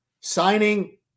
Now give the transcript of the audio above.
Signing